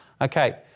Okay